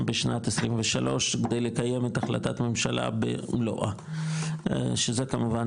בשנת 23 כדי לקיים את החלטת ממשלה במלואה שזה כמובן,